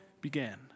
began